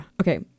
Okay